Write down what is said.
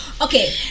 Okay